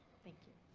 thank you.